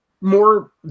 More